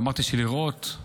אמרתי שלראות,